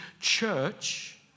church